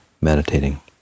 meditating